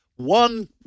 one